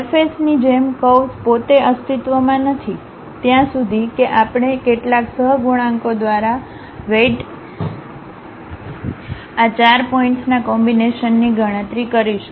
સરફેસની જેમ કર્વ્સ પોતે અસ્તિત્વમાં નથી ત્યાં સુધી કે આપણે કેટલાક સહગુણાંકો દ્વારા વેઇટડ આ 4 પોઇન્ટ્સના કોમ્બિનેશનની ગણતરી કરીશું